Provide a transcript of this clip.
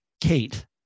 Kate